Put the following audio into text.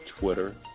Twitter